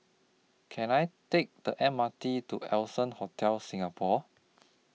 Can I Take The M R T to Allson Hotel Singapore